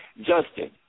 Justin